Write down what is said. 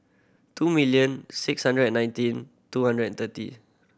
two million six hundred and nineteen two hundred and thirty